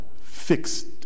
fixed